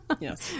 Yes